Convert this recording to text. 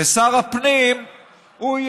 ושר הפנים,